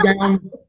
down